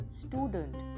student